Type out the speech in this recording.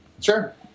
Sure